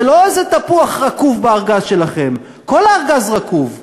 זה לא איזה תפוח רקוב בארגז שלכם, כל הארגז רקוב.